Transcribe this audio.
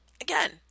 Again